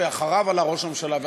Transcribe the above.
ואחריו עלה ראש הממשלה.